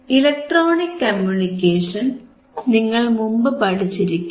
electronic communication നിങ്ങൾ മുമ്പ് പഠിച്ചിരിക്കും